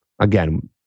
Again